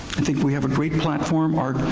i think we have a great platform. our.